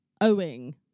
owing